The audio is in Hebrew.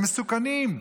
הם מסוכנים.